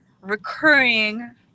recurring